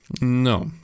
No